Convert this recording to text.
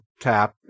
tap